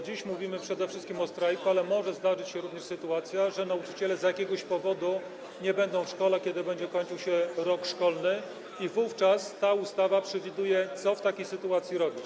Dziś mówimy przede wszystkim o strajku, ale może zdarzyć się również sytuacja, że nauczyciele z jakiegoś powodu nie będą w szkole, kiedy będzie kończył się rok szkolny, i wówczas ta ustawa przewiduje, co w takiej sytuacji robić.